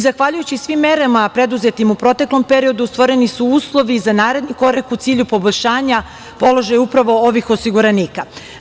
Zahvaljujući svim merama preduzetim u proteklom periodu, stvoreni su uslovi za naredni korak u cilju poboljšanja položaja upravo ovih osiguranika.